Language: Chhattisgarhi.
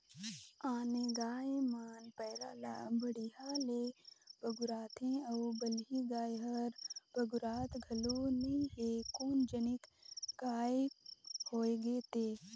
आने गाय मन पैरा ला बड़िहा ले पगुराथे अउ बलही गाय हर पगुरात घलो नई हे कोन जनिक काय होय गे ते